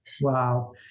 Wow